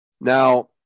Now